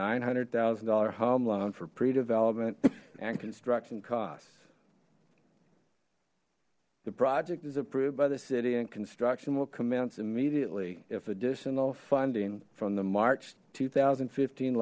nine hundred thousand dollar home loan for pre development and construction costs the project is approved by the city and construction will commence immediately if additional funding from the march two thousand and fifteen